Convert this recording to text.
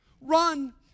Run